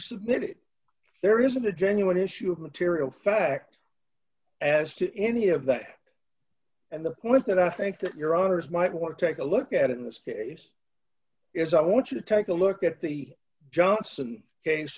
submitted there isn't a genuine issue of material fact as to any of that and the point that i think that your owners might want to take a look at it in this case is i want you to take a look at the johnson case